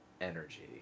energy